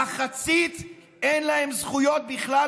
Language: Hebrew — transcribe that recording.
למחצית אין זכויות בכלל,